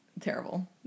Terrible